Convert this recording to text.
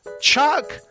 Chuck